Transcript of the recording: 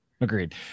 Agreed